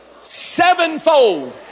sevenfold